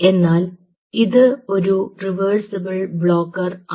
എന്നാൽ ഇത് ഒരു റിവേഴ്സ്സിബിൾ ബ്ലോക്കർ ആണ്